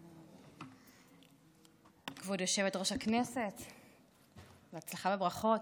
כבוד היושבת-ראש, בהצלחה וברכות.